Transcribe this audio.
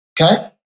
okay